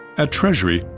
at treasury,